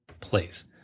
place